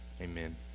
amen